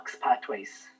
pathways